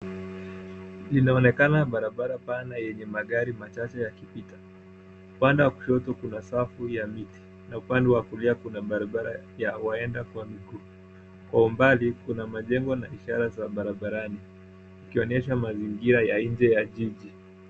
Inaonekana barabara pana yenye magari machache yakipita. Upande wa kushoto kuna safu ya miti na upande wa kulia kuna barabara ya waenda kwa miguu. Kwa umbali kuna majengo na ishara za barabarani ikionyesha mazingira ya nje ya jiji.